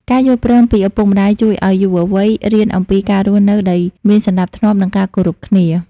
ការយល់ព្រមពីឪពុកម្ដាយជួយឱ្យយុវវ័យរៀនអំពីការរស់នៅដោយមានសណ្តាប់ធ្នាប់ និងការគោរពគ្នា។